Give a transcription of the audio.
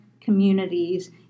communities